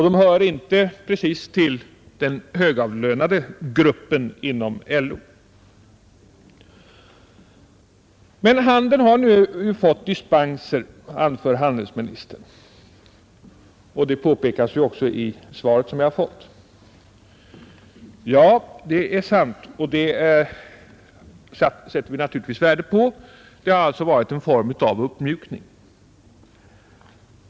De hör därtill inte till den högavlönade gruppen i samhället. Men dispenser har beviljats, anför handelsministern, och det påpekas ju också i svaret som jag har fått. Ja, det är sant, och det sätter man naturligtvis värde på. Det har alltså varit en form av uppmjukning.